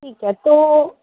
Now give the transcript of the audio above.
ठीक है तो